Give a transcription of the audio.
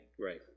Right